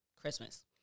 Christmas